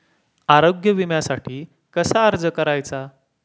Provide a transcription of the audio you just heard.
आरोग्य विम्यासाठी कसा अर्ज करायचा?